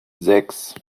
sechs